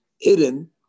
hidden